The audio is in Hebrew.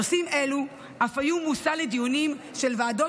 נושאים אלו אף היו מושא לדיונים של ועדות